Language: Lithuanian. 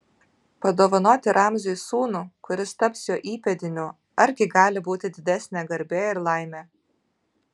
padovanoti ramziui sūnų kuris taps jo įpėdiniu argi gali būti didesnė garbė ir laimė